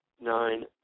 nine